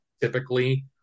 typically